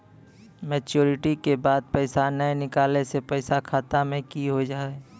Maturity के बाद पैसा नए निकले से पैसा खाता मे की होव हाय?